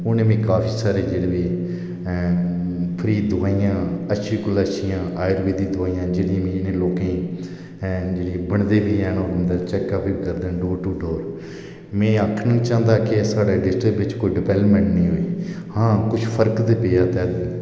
उनें मी काफी सारियां जेहड़ी मीं फ्री दबाइयां अच्छी कोला अच्छियां कम्पनी दियां दबाइयां जेहड़ी मे इनें लोकें गी हैन जेहड़े बंडदे ना ते उंदा चेक अप बी करदे ना डोर टू डोर में आक्खना नेई चाहंदा के साढ़े डिस्ट्रिक्ट बिच कोई डिवेल्पमेंट नेईं होई हां कुछ फर्क ते पेआ